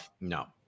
No